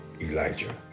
Elijah